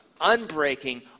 unbreaking